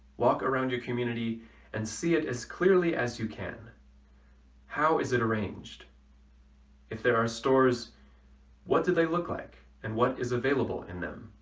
walk around your community and see it as clearly as you can how is it arranged if there are stores what did they look like and what is available in them?